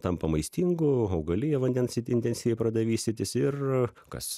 tampa maistingu augalija vandens intensyviai prada vystytis ir kas